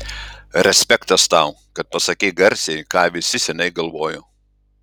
respektas tau kad pasakei garsiai ką visi seniai galvojo